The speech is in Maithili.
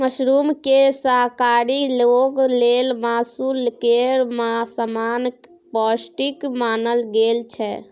मशरूमकेँ शाकाहारी लोक लेल मासु केर समान पौष्टिक मानल गेल छै